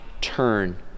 turn